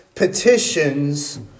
petitions